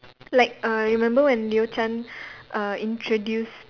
like uh remember when Leo-Chan uh introduced